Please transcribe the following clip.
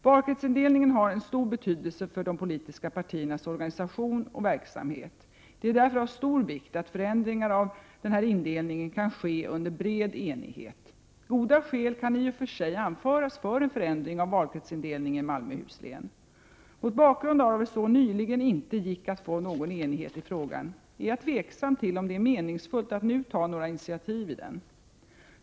Valkretsindelningen har en stor betydelse för de politiska partiernas organisation och verksamhet. Det är därför av stor vikt att förändringar av denna indelning kan ske under bred enighet. Goda skäl kan i och för sig anföras för en förändring av valkretsindelningen i Malmöhus län. Mot bakgrund av att det så nyligen inte gick att få någon enighet i frågan, är jag tveksam till om det är meningsfullt att nu ta några initiativ i den.